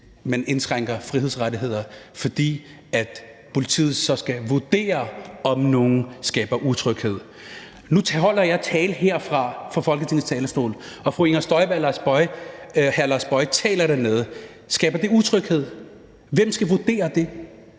man indskrænker frihedsrettigheder, fordi politiet så skal vurdere, om nogen skaber utryghed. Nu holder jeg en tale her fra Folketingets talerstol, og fru Inger Støjberg og hr. Lars Bøje Matthiesen taler dernede. Skaber det utryghed? Hvem skal vurdere det?